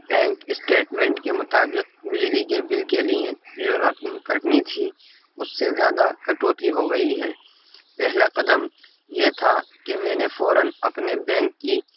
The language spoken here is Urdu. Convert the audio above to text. بینک اسٹیٹمنٹ کے مطابق بجلی کے بل کے لیے جو رقم کٹنی تھی اس سے زیادہ کٹوتی ہو گئی ہے پہلا قدم یہ تھا کہ میں نے فوراً اپنے بینک کی